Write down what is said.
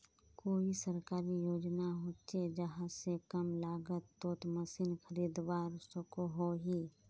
कोई सरकारी योजना होचे जहा से कम लागत तोत मशीन खरीदवार सकोहो ही?